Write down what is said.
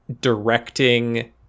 directing